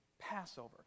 Passover